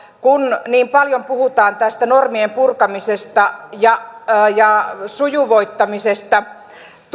kun niin paljon puhutaan normien purkamisesta ja ja sujuvoittamisesta